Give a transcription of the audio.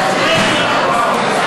לא נתקבלה.